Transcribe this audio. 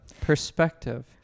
Perspective